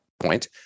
point